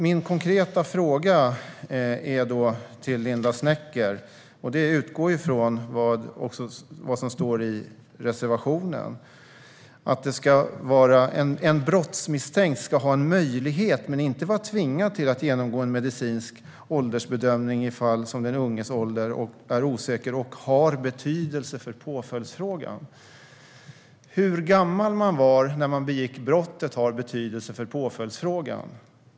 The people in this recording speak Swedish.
Min konkreta fråga till Linda Snecker utgår från vad som står i reservationen: "En brottsmisstänkt ska ha en möjlighet, men inte vara tvingad till, att genomgå en medicinsk åldersbedömning i de fall som den unges ålder är osäker och har betydelse för påföljdsfrågan." Hur gammal man var när man begick brottet har betydelse för påföljdsfrågan.